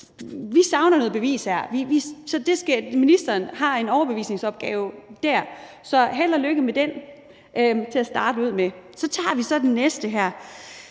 Vi savner noget bevis her. Så ministeren har en overbevisningsopgave der. Så held og lykke med den, vil jeg sige til at starte med. Så tager vi det næste.